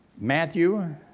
Matthew